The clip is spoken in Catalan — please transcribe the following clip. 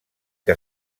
que